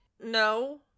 No